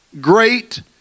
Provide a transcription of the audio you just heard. great